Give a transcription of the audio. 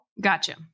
Gotcha